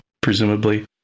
presumably